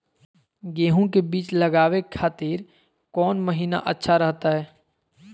गेहूं के बीज लगावे के खातिर कौन महीना अच्छा रहतय?